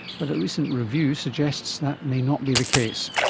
but a recent review suggests that may not be the case.